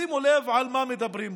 שימו לב על מה מדברים פה.